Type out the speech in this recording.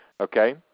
okay